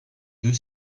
deux